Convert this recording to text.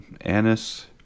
anise